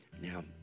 Now